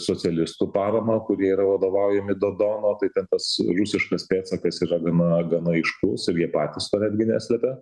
socialistų paramą kurie yra vadovaujami dodono tai ten tas rusiškas pėdsakas yra gana gana aiškus ir jie patys to netgi neslepia